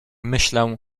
myślę